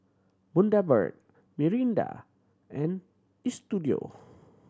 Bundaberg Mirinda and Istudio